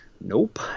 Nope